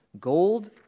gold